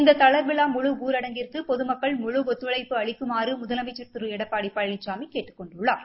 இந்த தளர்வில்லா முழு ஊரடங்கிற்கு பொதுமக்கள் முழு ஒத்துழைப்பு அளிக்குமாறு முதலமைச்சள் திரு எடப்பாடி பழனிசாமி கேட்டுக் கொண்டுள்ளார்